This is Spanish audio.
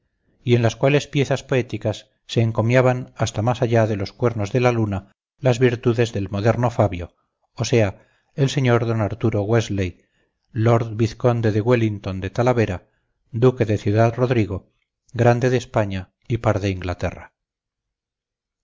y en las cuales piezas poéticas se encomiaban hasta más allá de los cuernos de la luna las virtudes del moderno fabio o sea el sr d arturo wellesley lord vizconde de wellington de talavera duque de ciudad-rodrigo grande de españa y par de inglaterra